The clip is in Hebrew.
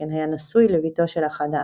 שכן היה נשוי לבתו של אחד העם.